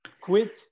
Quit